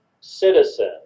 citizen